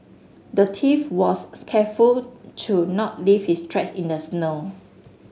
the thief was careful to not leave his tracks in the snow